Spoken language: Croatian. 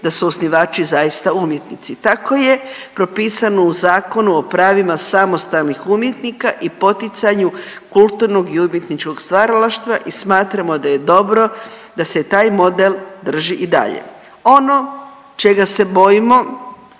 da su osnivači zaista umjetnici. Tako je propisano u Zakonu o pravima samostalnih umjetnika i poticanju kulturnog i umjetničkog stvaralaštva i smatramo da je dobro da se taj model drži i dalje. Ono čega se bojimo,